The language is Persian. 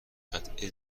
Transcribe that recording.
قطعه